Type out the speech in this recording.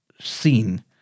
seen